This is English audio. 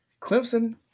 Clemson